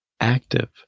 active